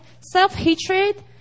self-hatred